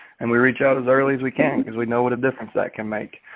and we reach out as early as we can, because we know what a difference that can make.